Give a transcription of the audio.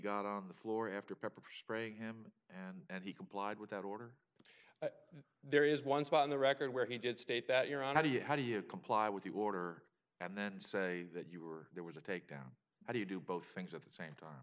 got on the floor after pepper spraying him and he complied with that order but there is one spot on the record where he did state that you're on how do you how do you comply with the order and then say that you were there was a takedown how do you do both things at the same time